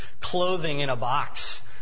clothing-in-a-box